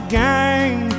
gang